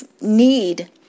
need